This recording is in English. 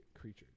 creatures